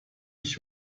ich